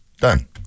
Done